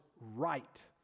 right